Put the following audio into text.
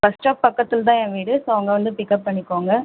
bus stop பக்கத்தில் தான் என் வீடு ஸோ அங்கே வந்து பிக்கப் பண்ணிக்கோங்க